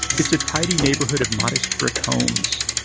it's a tidy neighborhood of modest brick homes.